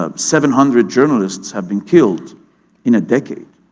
ah seven hundred journalists have been killed in a decade.